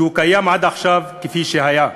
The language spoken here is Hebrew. שקיים עד עכשיו כפי שהיה,